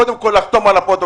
קודם כל לחתום על הפרוטוקול.